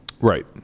Right